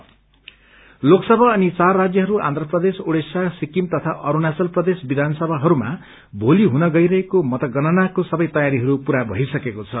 counting लोकसमा अनि चार राज्यहरू आन्ध प्रदेश ओडिसा सिक्किम तथा अरूणाचल प्रदेश विधानसभाहरूका भोलि हुन गइरहेको मतगणनाका सबै तयारीहरू पूरा भइसकेको छ